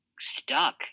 stuck